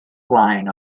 blaen